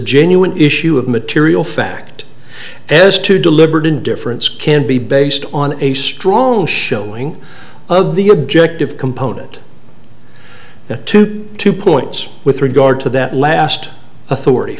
genuine issue of material fact as to deliberate indifference can be based on a strong showing of the objective component to two points with regard to that last authority